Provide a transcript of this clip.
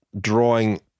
drawing